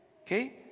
Okay